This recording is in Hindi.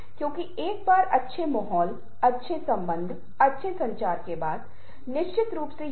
जिस तरह से बाद में हम रचनात्मकता पर चर्चा करेंगे या कुछ रचनात्मक विचारों के कौशल हासिल किए जा सकते हैं